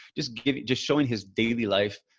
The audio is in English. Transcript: just give it, just showing his daily life,